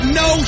no